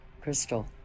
Crystal